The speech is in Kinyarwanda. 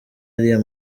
ariya